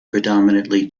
predominantly